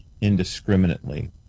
indiscriminately